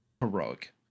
heroic